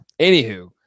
anywho